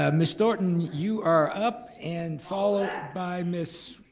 ah ms. thorton you are up. and followed by miss